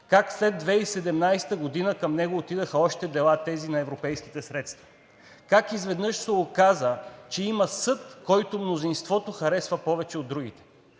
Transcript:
Как след 2017 г. към него отидоха още дела – тези на европейските средства. Как изведнъж се оказа, че има съд, който мнозинството харесва повече от другите.